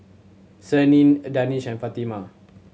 Senin a Danish and Fatimah